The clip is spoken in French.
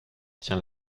tient